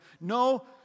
no